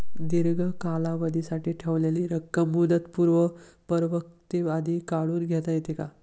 दीर्घ कालावधीसाठी ठेवलेली रक्कम मुदतपूर्व परिपक्वतेआधी काढून घेता येते का?